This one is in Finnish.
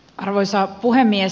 arvoisa puhemies